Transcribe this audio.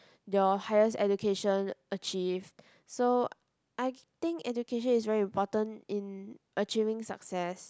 your highest education achieved so I think education is very important in achieving success